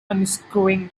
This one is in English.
unscrewing